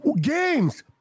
Games